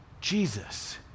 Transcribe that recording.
Jesus